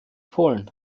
polen